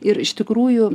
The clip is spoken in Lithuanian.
ir iš tikrųjų